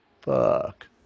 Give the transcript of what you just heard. fuck